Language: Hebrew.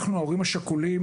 אנחנו ההורים השכולים,